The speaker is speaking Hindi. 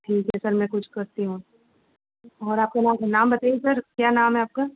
ठीक है सर मैं कुछ करती हूँ और सर आपका नाम नाम बताइए सर क्या नाम है आपका